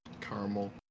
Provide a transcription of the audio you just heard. Caramel